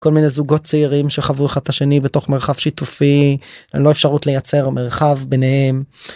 כל מיני זוגות צעירים שחוו אחד את השני בתוך מרחב שיתופי לא אפשרות לייצר מרחב ביניהם.